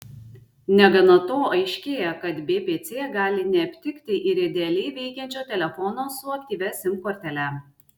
negana to aiškėja kad bpc gali neaptikti ir idealiai veikiančio telefono su aktyvia sim kortele